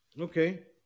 Okay